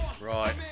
Right